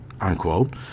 unquote